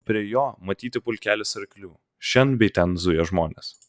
prie jo matyti pulkelis arklių šen bei ten zuja žmonės